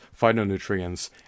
phytonutrients